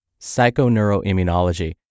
psychoneuroimmunology